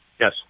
Yes